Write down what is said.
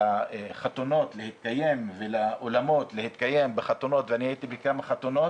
לחתונות להתקיים ולאולמות להתקיים בחתונות ואני הייתי בכמה חתונות.